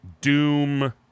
doom